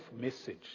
message